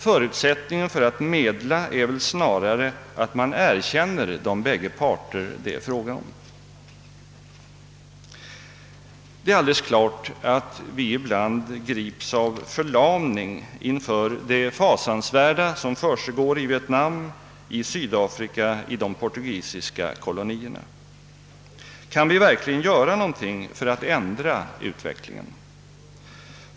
Förutsättningen för att medla är väl snarare att man erkänner de bägge parter det är fråga om. Det är alldeles klart att vi ibland grips av förlamning inför det fasansvärda som försiggår i Vietnam, i Sydafrika, i de portugisiska kolonierna. Kan vi verkligen göra någonting för att ändra utvecklingen?